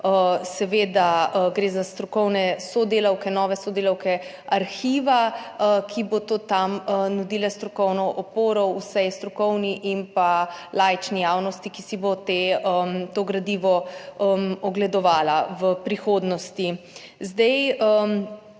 seveda gre za strokovne sodelavke, nove sodelavke arhiva, ki bodo tam nudile strokovno oporo vsej strokovni in laični javnosti, ki si bo to gradivo ogledovala v prihodnosti. V